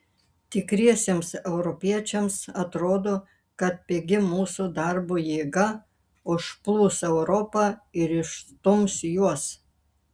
tikriesiems europiečiams atrodo kad pigi mūsų darbo jėga užplūs europą ir išstums juos